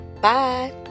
Bye